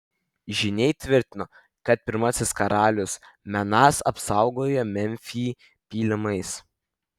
žyniai tvirtino kad pirmasis karalius menas apsaugojo memfį pylimais